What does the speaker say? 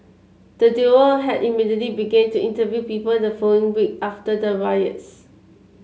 the duo had immediately began to interview people the following week after the riots